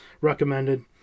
recommended